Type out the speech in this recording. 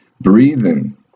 breathing